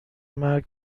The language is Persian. مرگ